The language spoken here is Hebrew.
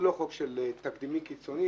הוא לא חוק תקדימי קיצוני,